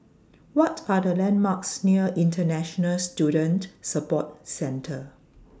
What Are The landmarks near International Student Support Centre